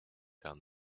down